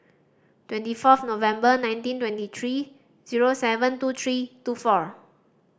twenty fourth November nineteen twenty three zero seven two three two four